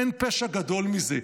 אין פשע גדול מזה.